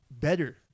better